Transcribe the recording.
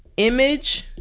image